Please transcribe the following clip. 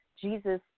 Jesus